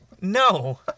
No